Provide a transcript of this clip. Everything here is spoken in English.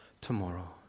tomorrow